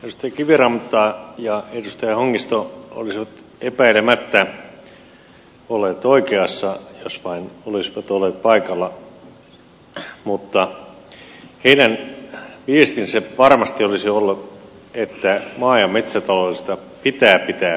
kiviranta ja edustaja hongisto olisivat epäilemättä olleet oikeassa jos vain olisivat olleet paikalla mutta heidän viestinsä varmasti olisi ollut että maa ja metsätaloudesta pitää pitää huolta